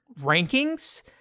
rankings